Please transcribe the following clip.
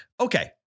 Okay